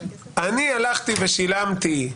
אני הלכתי ושילמתי,